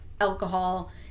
alcohol